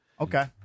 okay